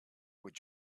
with